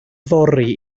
fory